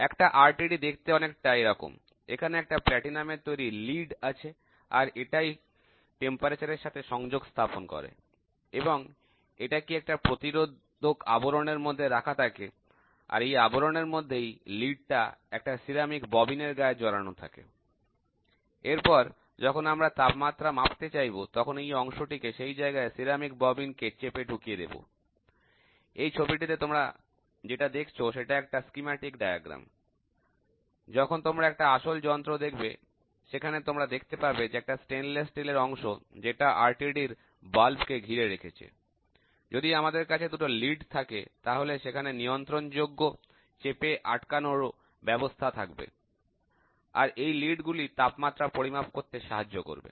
একটা RTD দেখতে অনেকটা এরকম এখানে একটা প্লাটিনামের তৈরি প্রথম প্রান্ত আছে আর এটাই টেম্পারেচার এর সাথে সংযোগ স্থাপন করে এবং এটা কি একটা প্রতিরোধক আবরণ এর মধ্যে রাখা থাকে আর এই আবরণ এর মধ্যেই প্রথম প্রান্তটা একটা সিরামিক সূতা জড়াইবার নলি এর গায়ে জড়ানো থাকে এরপর যখন আমরা তাপমাত্রা মাপতে চাইবো তখন এই অংশটি কে সেই জায়গায় সেরামিক সূতা জড়াইবার নলি কে চেপে ঢুকিয়ে দেবো এই ছবিটিতে তোমরা যেটা দেখছো সেটা একটা পরিকল্পিত রেখাচিত্র যখন তোমরা একটা আসল যন্ত্র দেখবে সেখানে তোমরা দেখতে পাবে একটা স্টেইনলেস স্টিলের অংশ যেটা RTD র স্ফীত অংশ কে ঘিরে রেখেছে যদি আমাদের কাছে দুটো প্রান্ত থাকে তাহলে সেখানে নিয়ন্ত্রণযোগ্য চেপে আটকানোর ব্যবস্থাও থাকবে আর এই প্রান্ত গুলি তাপমাত্রা পরিমাপ করতে সাহায্য করবে